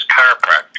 chiropractor